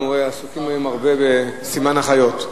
אנחנו עסוקים היום הרבה בסימן החיות.